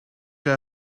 que